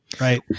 right